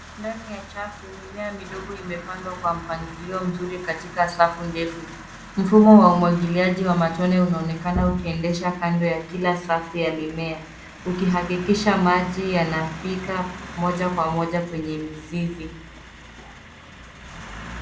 Ndani ya chafu mimea midogo imepandwa kwa mpangilio mzuri katika safu ndefu. Mfumo wa umwagiliaji wa matone unaonekana ukiendesha kando ya kila safu ya mimea ukihakikisha maji yanafika moja kwa moja kwenye mizizi.